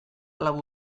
lau